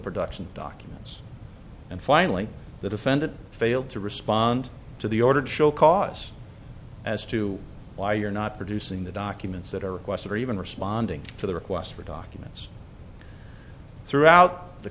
production documents and finally the defendant failed to respond to the order to show cause as to why you're not producing the documents that are requested or even responding to the request for documents throughout the